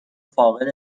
فاقد